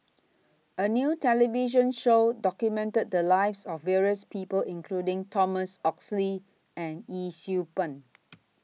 A New television Show documented The Lives of various People including Thomas Oxley and Yee Siew Pun